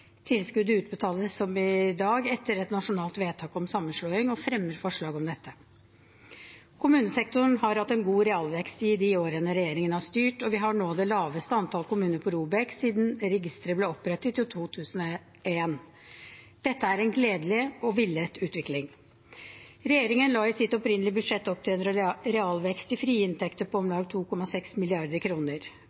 tilskuddet utbetales som i dag etter et nasjonalt vedtak om sammenslåing – og vi fremmer forslag om dette. Kommunesektoren har hatt en god realvekst i de årene regjeringen har styrt, og vi har nå det laveste antallet kommuner på ROBEK siden registeret ble opprettet i 2001. Dette er en gledelig og villet utvikling. Regjeringen la i sitt opprinnelige budsjett opp til en realvekst i frie inntekter på om lag 2,6